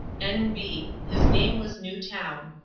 n. b his name was newtown.